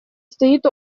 стоит